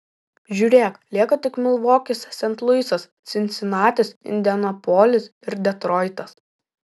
žiūrėk lieka tik milvokis sent luisas cincinatis indianapolis ir detroitas